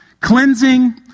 Cleansing